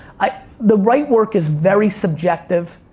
the right work is very subjective.